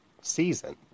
season